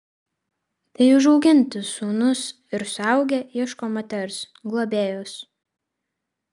tai užauginti sūnūs ir suaugę ieško moters globėjos